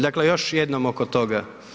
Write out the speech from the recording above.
Dakle, još jednom oko toga.